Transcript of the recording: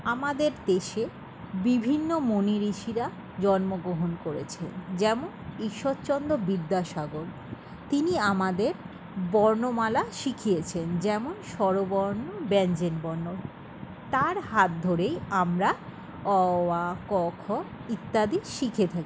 আমাদের দেশে বিভিন্ন মুনি ঋষিরা জন্মগ্রহন করেছে যেমন ঈশ্বরচন্দ্র বিদ্যাসাগর তিনি আমাদের বর্ণমালা শিখিয়েছেন যেমন স্বরবর্ণ ব্যাঞ্জনবর্ণ তার হাত ধরেই আমরা অ আ ক খ ইত্যাদি শিখে